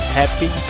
happy